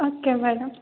okay madam